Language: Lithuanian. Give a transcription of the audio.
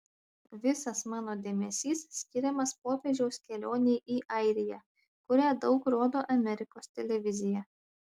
visas mano dėmesys skiriamas popiežiaus kelionei į airiją kurią daug rodo amerikos televizija